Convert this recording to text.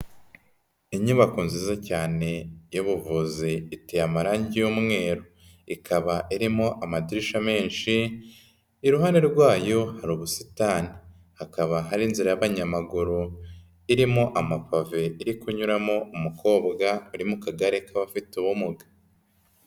Inyubako nziza cyane y'ubuvuzi iteye amarange y'umweru, ikaba irimo amadirishya menshi iruhande rwayo hari ubusitani, hakaba hari inzira y'abanyamaguru irimo amapave, iri kunyuramo umukobwa uri mu kagare k'abafite ubumuga.